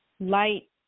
light